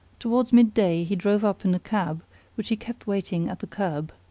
towards mid-day he drove up in a cab which he kept waiting at the curb.